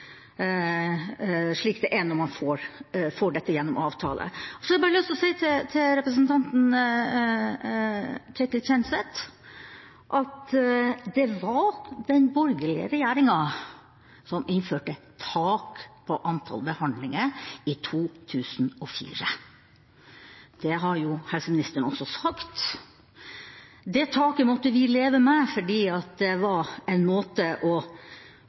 slik det er når man får det gjennom avtale. Så har jeg bare lyst til å si til representanten Ketil Kjenseth at det var den borgerlige regjeringa som innførte tak på antall behandlinger i 2004. Det har helseministeren også sagt. Det taket måtte vi leve med fordi det var en måte å